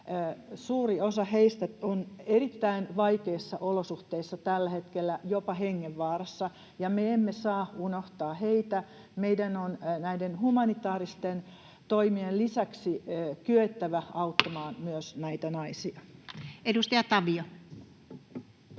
suuri osa heistä on erittäin vaikeissa olosuhteissa tällä hetkellä, jopa hengenvaarassa. Ja me emme saa unohtaa heitä. Meidän on näiden humanitaaristen toimien lisäksi kyettävä auttamaan myös näitä naisia. Edustaja Tavio.